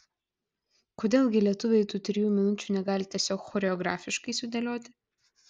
kodėl gi lietuviai tų trijų minučių negali tiesiog choreografiškai sudėlioti